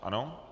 Ano?